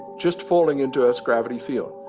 just falling into earth's gravity field.